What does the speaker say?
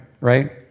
right